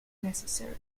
necessary